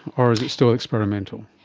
or is it still experimental?